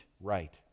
right